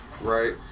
right